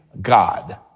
god